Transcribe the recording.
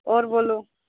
आओर बोलो